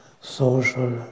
social